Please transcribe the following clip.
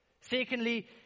Secondly